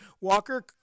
Walker